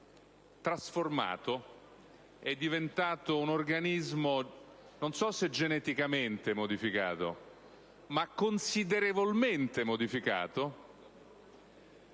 ed è diventato un organismo, non so se geneticamente modificato, ma considerevolmente modificato,